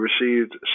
received